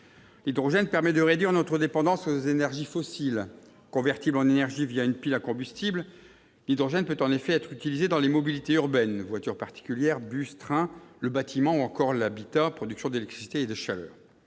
L'hydrogène permet de réduire notre dépendance aux énergies fossiles. Convertible en énergie une pile à combustible, l'hydrogène peut en effet être utilisé dans les mobilités urbaines- voitures particulières, bus, trains -, le bâtiment ou encore l'habitat- production d'électricité et de chaleur.